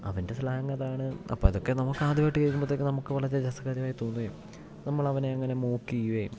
അവന്റെ സ്ലാങ്ങ് അതാണ് അപ്പം അതൊക്കെ നമുക്ക് ആദ്യമായിട്ട് കേൾക്കുമ്പത്തേക്ക് നമുക്ക് വളരെ രസകരമായി തോന്നുകയും നമ്മൾ അവനെ അങ്ങനെ മോക്ക് ചെയ്യുകയും